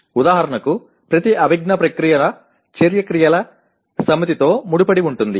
ఉదాహరణకు ప్రతి అభిజ్ఞా ప్రక్రియ చర్య క్రియల సమితితో ముడిపడి ఉంటుంది